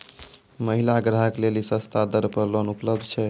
महिला ग्राहक लेली सस्ता दर पर लोन उपलब्ध छै?